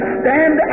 stand